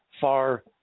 far